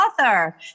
author